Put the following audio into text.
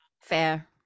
fair